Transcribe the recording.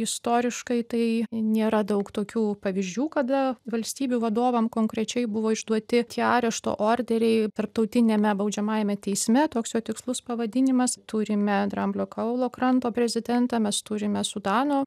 istoriškai tai nėra daug tokių pavyzdžių kada valstybių vadovam konkrečiai buvo išduoti tie arešto orderiai tarptautiniame baudžiamajame teisme toks jo tikslus pavadinimas turime dramblio kaulo kranto prezidentą mes turime sudano